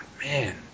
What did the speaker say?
man